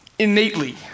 innately